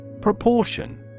Proportion